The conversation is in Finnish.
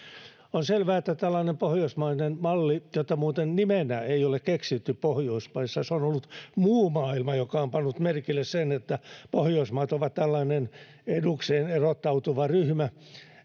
on selvää että tällainen pohjoismainen malli tätä nimenä ei ole muuten keksitty pohjoismaissa se on ollut muu maailma joka on pannut merkille sen että pohjoismaat ovat tällainen edukseen erottautuva ryhmä